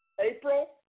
April